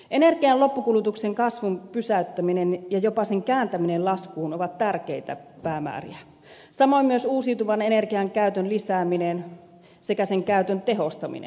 energian loppukulutuksen kasvun pysäyttäminen ja jopa sen kääntäminen laskuun ovat tärkeitä päämääriä samoin myös uusiutuvan energian käytön lisääminen sekä sen käytön tehostaminen